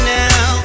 now